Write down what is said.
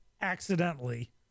accidentally